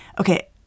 okay